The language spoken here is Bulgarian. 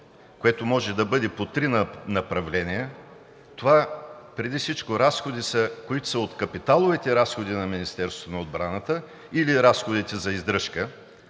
което може да бъде по три направления. Това преди всичко са разходите, които са от капиталовите разходи на Министерството на отбраната или разходите за издръжка,